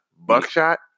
buckshot